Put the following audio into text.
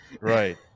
Right